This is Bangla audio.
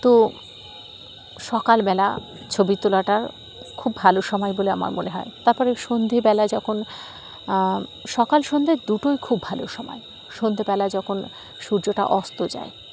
তো সকালবেলা ছবি তোলাটা খুব ভালো সময় বলে আমার মনে হয় তারপরে সন্ধ্যেবেলা যখন সকাল সন্ধ্যে দুটোই খুব ভালো সময় সন্ধ্যেবেলা যখন সূর্যটা অস্ত যায়